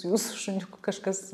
jūsų šuniukui kažkas